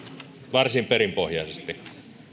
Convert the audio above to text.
varsin perinpohjaisesti